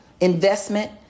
investment